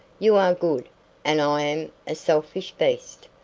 you are good and i'm a selfish beast.